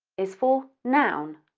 is for noun.